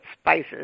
spices